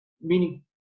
meaning